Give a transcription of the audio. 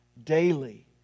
Daily